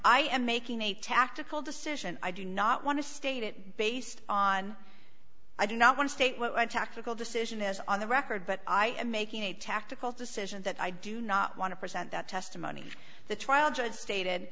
i am making a tactical decision i do not want to state it based on i do not want to state what a tactical decision is on the record but i am making a tactical decision that i do not want to present that testimony to the trial judge stated